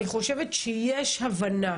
אני חושבת שיש הבנה